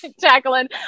Jacqueline